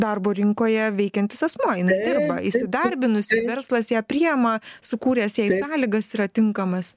darbo rinkoje veikiantis asmuo jinai dirba įsidarbinusi verslas ją priima sukūręs jai sąlygas yra tinkamas